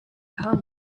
come